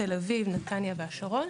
תל אביב נתניה והשרון.